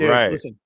Right